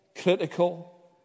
critical